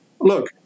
Look